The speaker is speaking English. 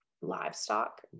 livestock